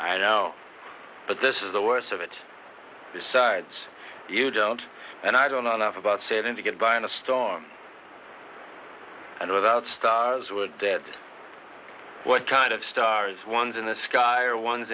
i know but this is the worst of it besides you don't and i don't know enough about saving to get by in a storm and without stars would that what kind of stars ones in the sky or one